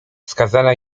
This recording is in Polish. skazana